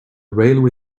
railway